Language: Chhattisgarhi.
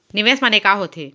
निवेश माने का होथे?